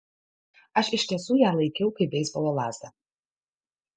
aš iš tiesų ją laikiau kaip beisbolo lazdą